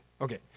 Okay